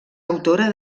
autora